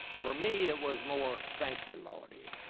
for me it was more thank you lawdy!